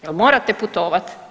Je l' morate putovati?